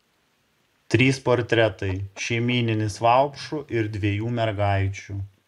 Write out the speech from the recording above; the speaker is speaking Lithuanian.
trys portretai šeimyninis vaupšų ir dviejų mergaičių